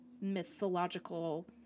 mythological